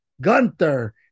Gunther